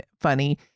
funny